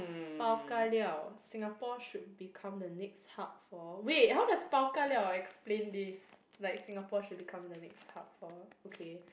bao ka liao Singapore should become the next hub for wait how does bao ka liao explain this like Singapore should become the next hub for okay